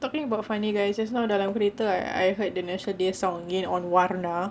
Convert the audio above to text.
talking about funny guys just now dalam kereta I heard the national day songs ini on warna